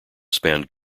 spanned